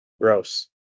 gross